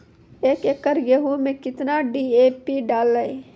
एक एकरऽ गेहूँ मैं कितना डी.ए.पी डालो?